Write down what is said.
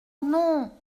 non